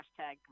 hashtag